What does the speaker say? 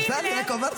שנייה, רגע.